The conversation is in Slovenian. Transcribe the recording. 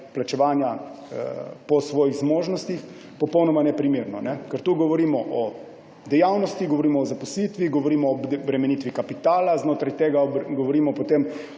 plačevanja po svojih zmožnostih, popolnoma neprimerno. Ker tu govorimo o dejavnosti, govorimo o zaposlitvi, govorimo o bremenitvi kapitala, znotraj tega govorimo potem